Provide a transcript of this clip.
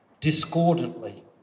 discordantly